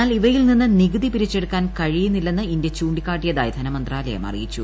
എന്നാൽ ഇവയിൽ നിന്ന് നികുതി പിരിച്ചെടുക്കാൻ കഴിയുന്നില്ലെന്ന് ഇന്ത്യ ചൂണ്ടിക്കാട്ടിയതായി ധനമന്ത്രാലയം അറിയിച്ചു